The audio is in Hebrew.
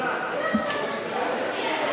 ועדת שרים לענייני חקיקה),